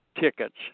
tickets